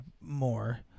more